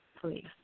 please